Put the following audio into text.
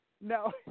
No